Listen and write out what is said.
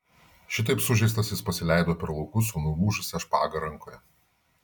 šitaip sužeistas jis pasileido per laukus su nulūžusia špaga rankoje